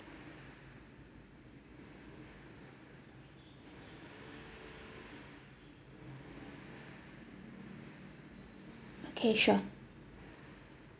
okay sure